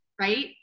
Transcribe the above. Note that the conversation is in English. right